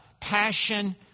passion